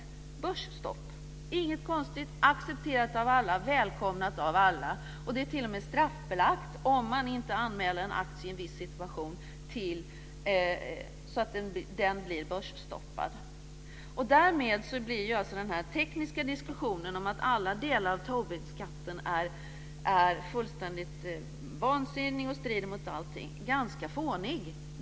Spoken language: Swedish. Börsstopp är inget konstigt. Det accepteras av alla och välkomnas av alla. Det är t.o.m. straffbelagt att inte anmäla en aktie i en viss situation så att den blir börsstoppad. Därmed blir den här tekniska diskussionen om att alla delar av Tobinskatten är fullständigt vansinniga och strider mot allting ganska fånig.